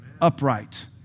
upright